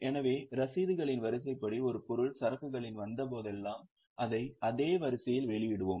எனவே ரசீதுகளின் வரிசைப்படி ஒரு பொருள் சரக்குகளில் வந்த போதெல்லாம் அதை அதே வரிசையில் வெளியிடுவோம்